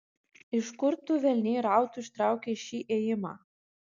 iš kur tu velniai rautų ištraukei šį ėjimą